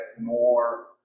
more